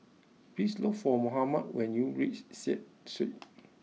please look for Mohamed when you reach Seah Street